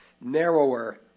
narrower